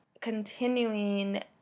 continuing